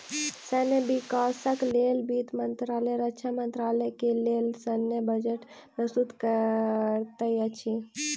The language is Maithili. सैन्य विकासक लेल वित्त मंत्रालय रक्षा मंत्रालय के लेल सैन्य बजट प्रस्तुत करैत अछि